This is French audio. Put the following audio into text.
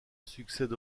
succède